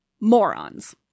morons